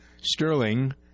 Sterling